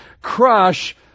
crush